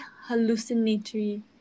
hallucinatory